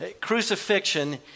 Crucifixion